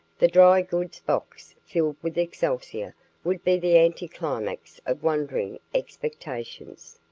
the dry goods box filled with excelsior would be the anti-climax of wondering expectations.